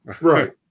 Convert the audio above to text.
Right